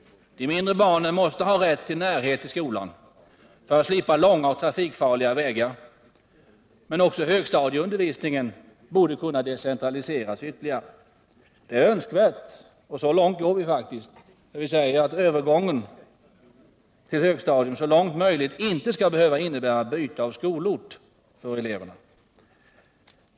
De mindre barnen måste ha rätt till närhet till skolan, för att slippa långa och trafikfarliga vägar. Men också högstadieundervisningen borde kunna decentraliseras ytterligare. Det är önskvärt — så långt går vi faktiskt — att övergången till högstadium inte skall behöva innebära byte av skolort för eleverna.